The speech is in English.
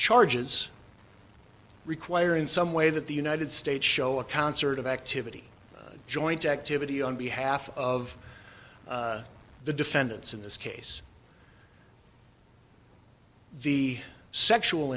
charges require in some way that the united states show a concert of activity joint activity on behalf of the defendants in this case the sexual